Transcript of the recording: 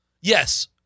Yes